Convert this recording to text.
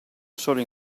solo